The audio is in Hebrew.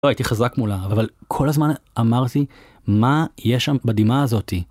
לא הייתי חזק מולה אבל כל הזמן אמרתי מה יש שם בדמעה הזאתי?